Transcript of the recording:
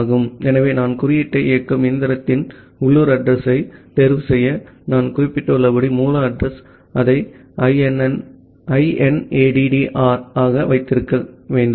ஆகவே நான் குறியீட்டை இயக்கும் இயந்திரத்தின் உள்ளூர் அட்ரஸ் யைத் தேர்வு செய்ய நான் குறிப்பிட்டுள்ளபடி மூல அட்ரஸ் அதை inaddr ஆக வைத்திருக்கிறோம்